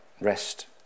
rest